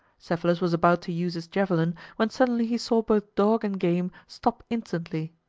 cephalus was about to use his javelin, when suddenly he saw both dog and game stop instantly.